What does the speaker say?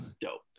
dope